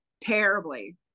terribly